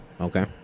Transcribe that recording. Okay